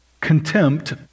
contempt